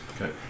Okay